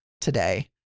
today